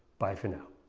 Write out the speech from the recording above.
bye, for now.